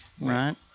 Right